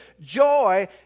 Joy